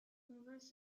occurs